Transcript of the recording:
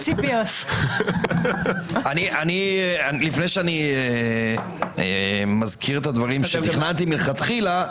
לפני שאני מזכיר את הדברים שתכננתי לכתחילה,